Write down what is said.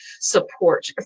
support